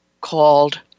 called